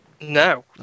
No